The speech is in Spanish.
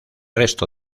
resto